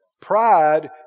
Pride